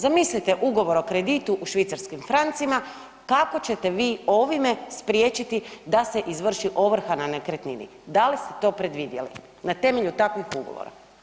Zamislite Ugovor o kreditu u švicarskim francima, kako ćete vi ovime spriječiti da se izvrši ovrha na nekretnini, da li ste to predvidjeli na temelju takvih ugovora?